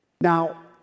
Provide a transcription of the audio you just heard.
Now